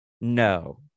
No